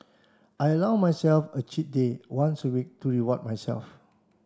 I allow myself a cheat day once a week to reward myself